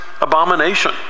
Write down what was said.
abomination